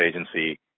agency